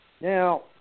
Now